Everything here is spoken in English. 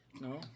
No